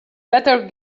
better